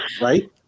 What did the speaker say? right